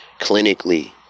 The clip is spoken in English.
clinically